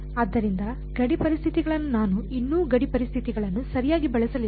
ಆದ್ದರಿಂದ ಗಡಿ ಪರಿಸ್ಥಿತಿಗಳನ್ನು ನಾನು ಇನ್ನೂ ಗಡಿ ಪರಿಸ್ಥಿತಿಗಳನ್ನು ಸರಿಯಾಗಿ ಬಳಸಲಿಲ್ಲ